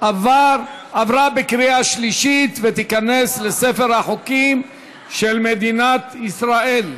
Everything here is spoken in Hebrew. עברה בקריאה שלישית ותיכנס לספר החוקים של מדינת ישראל.